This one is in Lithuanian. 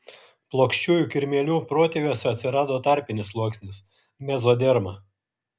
plokščiųjų kirmėlių protėviuose atsirado tarpinis sluoksnis mezoderma